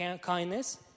kindness